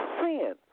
sin